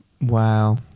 Wow